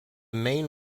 main